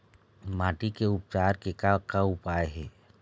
माटी के उपचार के का का उपाय हे?